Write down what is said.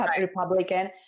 Republican